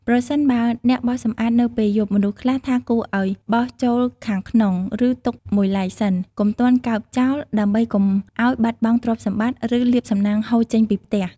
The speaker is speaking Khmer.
ប្រសិនបើអ្នកបោសសម្អាតនៅពេលយប់ មនុស្សខ្លះថាគួរឱ្យបោសចូលខាងក្នុង ឬទុកមួយឡែកសិន កុំទាន់កើបចោល ដើម្បីកុំឱ្យបាត់បង់ទ្រព្យសម្បត្តិ ឬ លាភសំណាងហូរចេញពីផ្ទះ ។